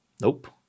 Nope